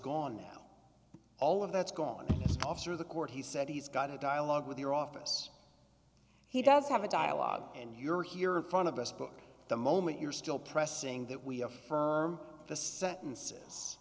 gone now all of that's gone officer of the court he said he's got a dialogue with your office he does have a dialogue and you're here in front of us book the moment you're still pressing that we affirm the sentences